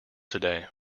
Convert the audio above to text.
today